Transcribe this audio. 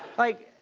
like,